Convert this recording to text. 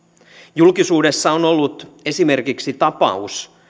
julkisuudessa on ollut esimerkiksi tapaus